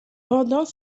pendant